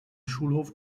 schulhof